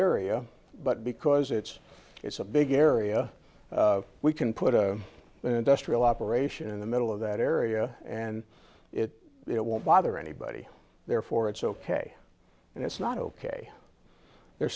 area but because it's it's a big error area we can put an industrial operation in the middle of that area and it it won't bother anybody therefore it's ok and it's not ok they're